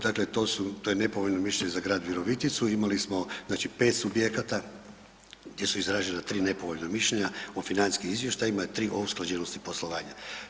Dakle, to su, to je nepovoljno mišljenje za grad Viroviticu, imali smo, znači 5 subjekata gdje su izražena 3 nepovoljna mišljenja o financijskim izvještajima, 3 o usklađenosti poslovanja.